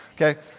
okay